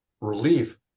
relief